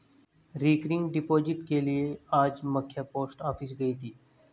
recurring deposit के लिए में आज मख्य पोस्ट ऑफिस गयी थी